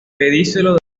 delgado